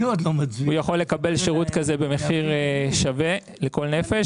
יכול לקבל שירות כזה במחיר שווה לכל נפש.